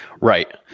Right